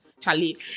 Charlie